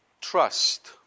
trust